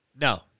No